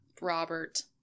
Robert